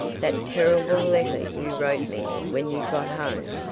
that terrible letter you wrote me when you got home.